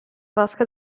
vasca